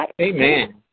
Amen